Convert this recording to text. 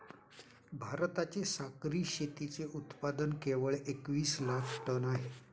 भारताचे सागरी शेतीचे उत्पादन केवळ एकवीस लाख टन आहे